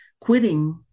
quitting